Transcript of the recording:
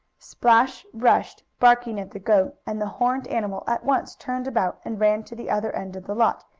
splash rushed, barking, at the goat, and the horned animal at once turned about and ran to the other end of the lot,